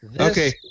Okay